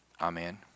Amen